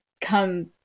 come